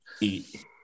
Eat